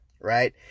right